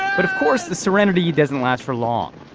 but of course the serenity doesn't last for long.